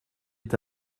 est